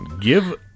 Give